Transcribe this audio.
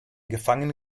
gefangen